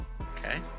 Okay